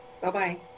Bye-bye